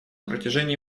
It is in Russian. протяжении